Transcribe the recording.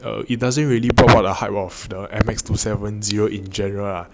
err it doesn't really brought up the hype of the M_X two seven zero in general ah